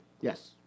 Yes